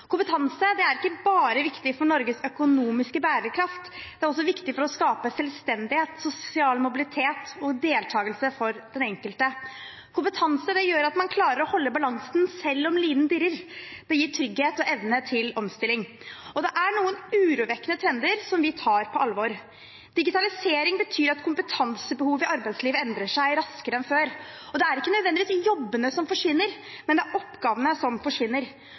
Kompetanse er ikke bare viktig for Norges økonomiske bærekraft, det er også viktig for å skape selvstendighet, sosial mobilitet og deltagelse for den enkelte. Kompetanse gjør at man klarer å holde balansen selv om linen dirrer, det gir trygghet og evne til omstilling. Det er noen urovekkende trender, som vi tar på alvor. Digitalisering betyr at kompetansebehovet i arbeidslivet endrer seg raskere enn før, og det er ikke nødvendigvis jobbene som forsvinner, men det er oppgavene som forsvinner.